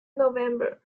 november